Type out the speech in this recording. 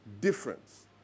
difference